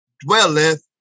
dwelleth